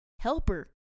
helper